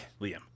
Liam